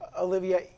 Olivia